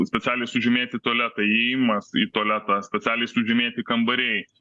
specialiai sužymėti tualetai įėjimas į tualetą specialiai sužymėti kambariai